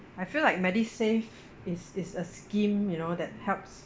I feel like MediSave is is a scheme you know that helps